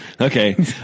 Okay